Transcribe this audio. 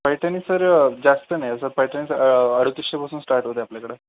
Paithani sir जास्त नाही sir Paithani अडतीसशेपासून स्टार्ट होते आपल्याकडं